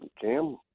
Cam